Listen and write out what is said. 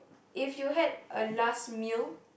if you had a last meal